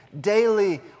Daily